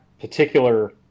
particular